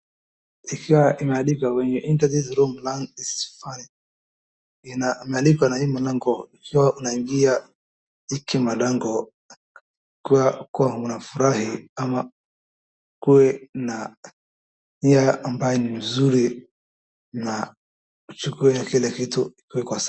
Ikiwa imeandikwa when you enter this room learning is fun . Imeandikwa kwa hii mlango, ukiwa unaingia kwa hiki mlango kuwa unafurahi ama ukuwe na nia ambayo ni nzuri na uchukuwe kila kitu.